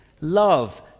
love